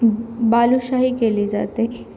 बालूशाही केली जाते